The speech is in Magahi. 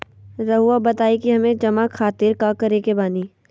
रहुआ बताइं कि हमें जमा खातिर का करे के बानी?